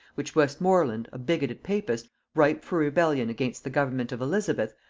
which westmorland, a bigoted papist, ripe for rebellion against the government of elizabeth,